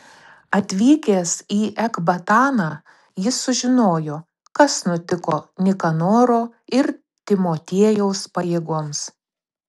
atvykęs į ekbataną jis sužinojo kas nutiko nikanoro ir timotiejaus pajėgoms